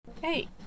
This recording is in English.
Hey